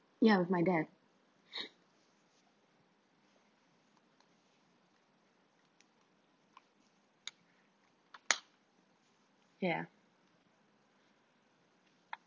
ya with my dad ya